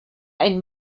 ein